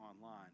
online